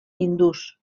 hindús